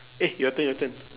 eh your turn your turn